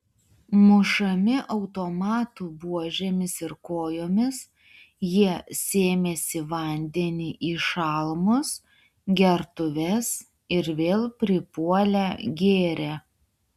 mušami automatų buožėmis ir kojomis jie sėmėsi vandenį į šalmus gertuves ir vėl pripuolę gėrė